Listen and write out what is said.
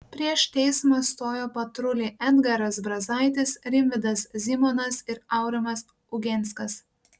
prieš teismą stojo patruliai edgaras brazaitis rimvydas zymonas ir aurimas ugenskas